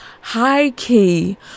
high-key